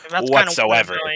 whatsoever